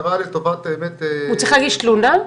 הוא צריך להגיש תלונה?